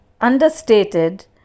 understated